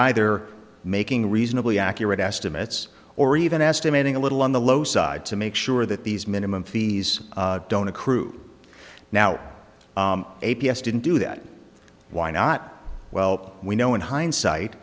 either making reasonably accurate estimates or even estimating a little on the low side to make sure that these minimum fees don't accrue now a p s didn't do that why not well we know in hindsight